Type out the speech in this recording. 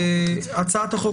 הצעת חוק